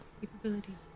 capability